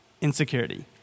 insecurity